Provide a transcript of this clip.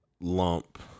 lump